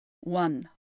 one